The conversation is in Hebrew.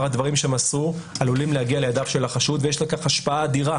הדברים שמסרו עלולים להגיע לידיו של החשוד ויש לכך השפעה אדירה